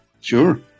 sure